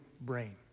brain